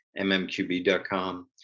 mmqb.com